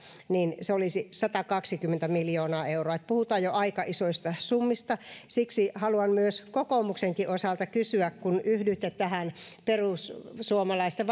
niin se olisi satakaksikymmentä miljoonaa euroa puhutaan jo aika isoista summista siksi haluan kokoomuksenkin osalta kysyä kun yhdyitte tähän perussuomalaisten